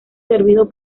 servido